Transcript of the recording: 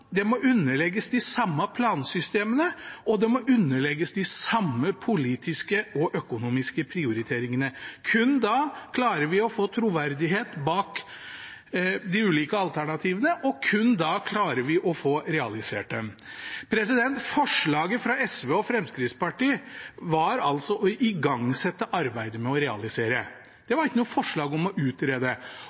underlegges de samme plansystemene, og det må underlegges de samme politiske og økonomiske prioriteringene. Kun da klarer vi å få troverdighet bak de ulike alternativene, og kun da klarer vi å få realisert dem. Forslaget fra SV og Fremskrittspartiet var altså å igangsette arbeidet med å realisere, det var ikke noe forslag om å utrede.